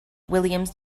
williams